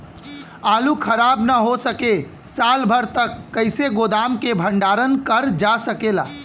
आलू खराब न हो सके साल भर तक कइसे गोदाम मे भण्डारण कर जा सकेला?